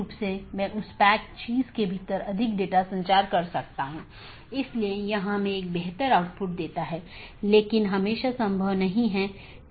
दूसरे अर्थ में यह कहने की कोशिश करता है कि अन्य EBGP राउटर को राउटिंग की जानकारी प्रदान करते समय यह क्या करता है